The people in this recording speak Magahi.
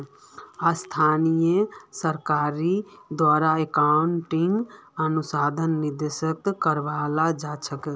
स्थानीय सरकारेर द्वारे अकाउन्टिंग अनुसंधानक निर्देशित कराल जा छेक